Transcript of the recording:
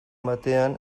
batean